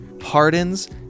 hardens